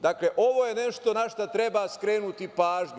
Dakle, ovo je nešto na šta treba skrenuti pažnju.